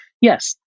Yes